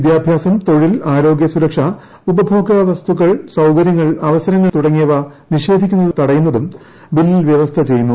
വിദ്യാഭ്യാസം തൊഴിൽ ആരോഗ്യസുരക്ഷ ഉപഭോഗവസ്തുക്കൾ സൌകര്യങ്ങൾ അവസരങ്ങൾ തുടങ്ങിയവ നിഷേധിക്കുന്നത് തടയുന്നതും ബില്ലിൽ വൃവസ്ഥ ചെയ്യുന്നു